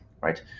right